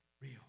real